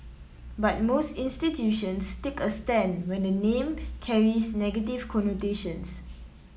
but most institutions take a stand when the name carries negative connotations